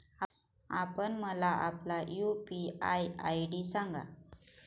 आपण मला आपला यू.पी.आय आय.डी सांगा